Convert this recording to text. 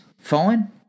fine